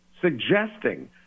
suggesting